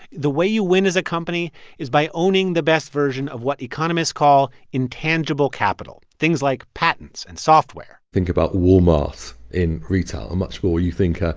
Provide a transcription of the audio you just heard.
the way you win as a company is by owning the best version of what economists call intangible capital things like patents and software think about walmart in retail a much more, you think, ah